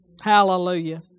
Hallelujah